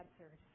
answers